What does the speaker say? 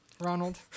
ronald